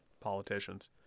politicians